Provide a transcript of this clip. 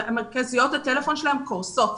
מרכזיות הטלפון שלהם קורסות.